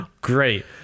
great